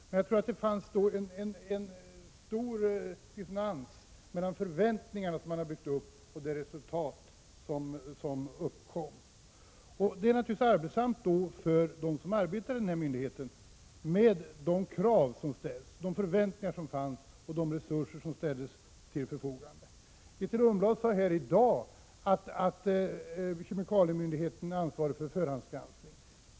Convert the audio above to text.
Men jag tror att det fanns en stor dissonans mellan förväntningarna som byggts upp och det resultat som uppnåddes. Med de krav och förväntningar som fanns och de resurser som ställdes till förfogande blev det naturligtvis arbetsamt för dem som arbetar i den här myndigheten. Grethe Lundblad sade här i dag att kemikalieinspektionen är ansvarig för förhandsgranskning.